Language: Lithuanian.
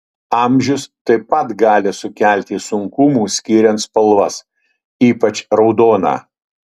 amžius taip pat gali sukelti sunkumų skiriant spalvas ypač raudoną